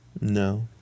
No